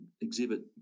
exhibit